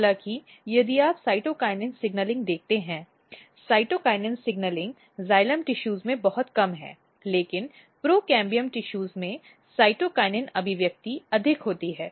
हालाँकि यदि आप साइटोकिनिन सिग्नलिंग देखते हैं साइटोकिनिन सिग्नलिंग जाइलम टिशूज में बहुत कम है लेकिन प्रोकैम्बियम टिशूज में साइटोकिनिन अभिव्यक्तियाँ अधिक होती हैं